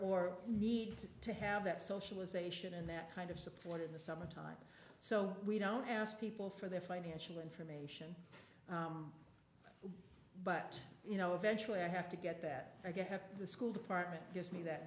or needs to have that socialization and that kind of support in the summer time so we don't ask people for their financial information but you know eventually i have to get that i get have the school department gives me that